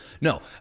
No